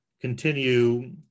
continue